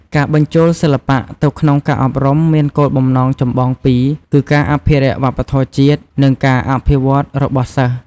ការបញ្ចូលសិល្បៈទៅក្នុងការអប់រំមានគោលបំណងចម្បងពីរ គឺការអភិរក្សវប្បធម៌ជាតិ និងការអភិវឌ្ឍរបស់សិស្ស។